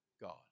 God